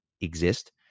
exist